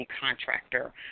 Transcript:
contractor